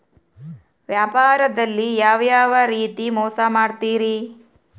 ವ್ಯಾಪಾರದಲ್ಲಿ ಯಾವ್ಯಾವ ರೇತಿ ಮೋಸ ಮಾಡ್ತಾರ್ರಿ?